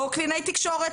לא קלינאית תקשורת,